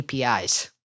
APIs